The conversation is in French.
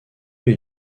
les